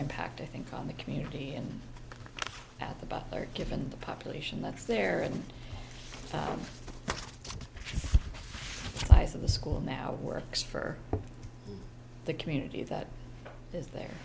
impact i think on the community and at the butler given the population that's there and size of the school now works for the community that is the